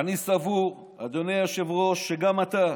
אני סבור, אדוני היושב-ראש, שגם אתה,